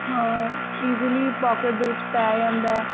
easily pocket ਦੇ ਵਿੱਚ ਪੈ ਜਾਂਦਾ